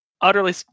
utterly